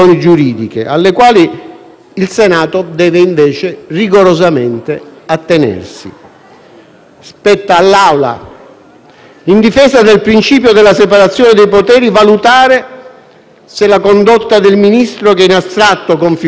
Spetta all'Assemblea, in difesa del principio della separazione dei poteri, valutare se la condotta del Ministro che in astratto configura reato (se lo sia in concreto poi è prerogativa del potere giudiziario deciderlo)